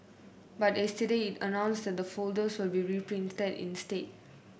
but yesterday it announced that the folders will be reprinted instead